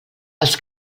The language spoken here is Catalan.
els